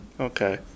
Okay